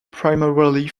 primarily